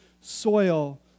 soil